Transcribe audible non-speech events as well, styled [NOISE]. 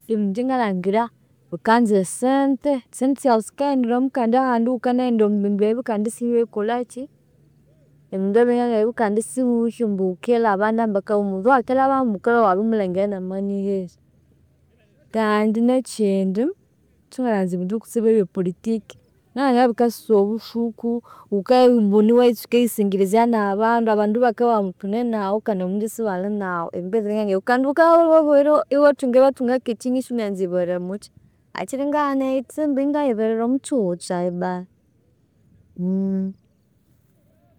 Kutsibu inje ngalhangilha bikanza esyasente. Esyasente syaghu sikanaghenderomo kandi ighukanaghenda, ahandi isiwendikolhakyi, ebindu ebiringangebyu kandi isighuwithe ambu ghukendikolhakyi ghukendilhabamu. Kwihi omundu oyukendilhabamu ghukendibya iwabirimulenja namani eyihi. Kandi nekyindi, singalyanza ebindu kutsibu ebye politiki. Ngalhangira bikasisa obuthuku. Ghukayibuna iwatsuka eriyisengerezya nabandu, abandu bakabugha ambu thunenaghu kandi isibali naghu. Kandi ghukabya wabirilhwahu iwatsuka iribathungaku ekyinigha isiwanzire neribaramukya. Hakyiri ingaghana eriyitsimba ingayiberera omwakyihugho kyayi bali, [HESITATION]